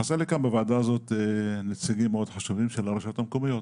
חסרים לי כאן בוועדה הזאת נציגים מאוד חשובים של הרשויות המקומיות.